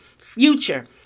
future